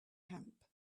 camp